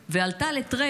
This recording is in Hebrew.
ועלתה לטרמפ